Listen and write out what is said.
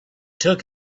took